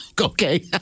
Okay